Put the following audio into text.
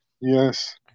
yes